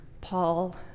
Paul